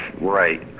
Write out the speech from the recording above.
right